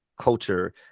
culture